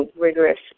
rigorous